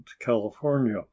California